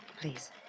Please